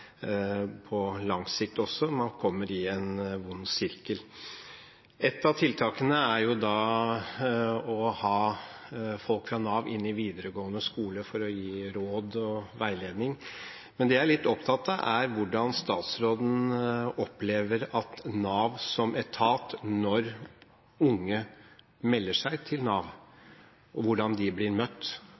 på lang sikt også. Man kommer inn i en ond sirkel. Ett av tiltakene er å ha folk fra Nav inn i videregående skole for å gi råd og veiledning. Men det jeg er litt opptatt av, er hvordan statsråden opplever at Nav som etat møter unge som melder seg til Nav, og